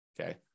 okay